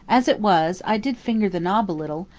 as it was i did finger the knob a little,